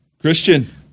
Christian